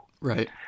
Right